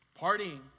partying